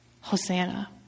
Hosanna